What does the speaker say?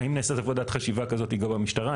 האם נעשית עבודת חשיבה כזאת גם במשטרה?